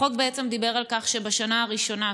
החוק בעצם דיבר על כך שבשנה הראשונה,